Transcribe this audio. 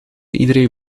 iedere